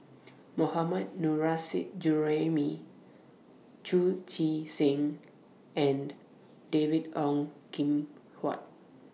Mohammad Nurrasyid Juraimi Chu Chee Seng and David Ong Kim Huat